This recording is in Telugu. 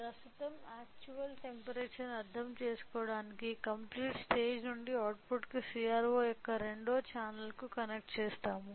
ప్రస్తుతం యాక్చువల్ టెంపరేచర్ ను అర్థం చేసుకోవడానికి కంప్లీట్ స్టేజి నుండి అవుట్పుట్ కు CRO యొక్క రెండవ ఛానెల్కు కనెక్ట్ చేస్తాము